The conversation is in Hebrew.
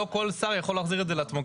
לא כל שר יכול להחזיר את זה לעצמו.